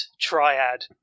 triad